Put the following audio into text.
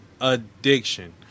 Addiction